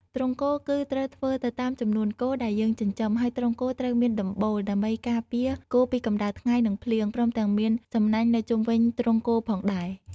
ទ្រុងគោគឺត្រូវធ្វើទៅតាមចំនួនគោដែលយើងចិញ្ចឹម ហើយទ្រុងគោត្រូវមានដំបូលដើម្បីការពារគោពីកម្ដៅថ្ងៃ និងភ្លៀង ព្រមទាំងមានសំណាញនៅជុំវិញទ្រង់គោផងដែរ។